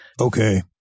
Okay